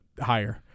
higher